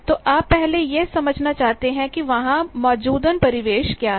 तो आप पहले यह समझना चाहते हैं कि वहां मौजूदन एम्बिएंट ambientपरिवेश क्या है